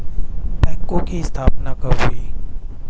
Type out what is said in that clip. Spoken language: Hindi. बैंकों की स्थापना कब हुई?